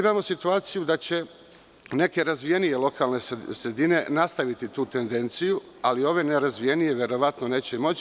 Imamo situaciju da će neke razvijenije lokalne sredine nastaviti tu tendenciju, ali ove nerazvijenije verovatno neće moći.